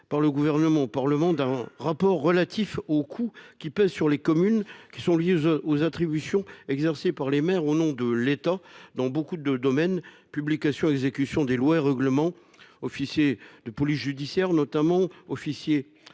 par le Gouvernement au Parlement d’un rapport relatif aux coûts qui pèsent sur les communes, liés aux attributions exercées par les maires au nom de l’État, dans de nombreux domaines : publication et exécution des lois, règlements, charges d’officier de police judiciaire ou d’état civil,